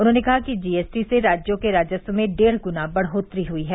उन्होंने कहा कि जीएसटी से राज्यों के राजस्व में डेढ़ गुना बढ़ोतरी हुई है